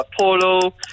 polo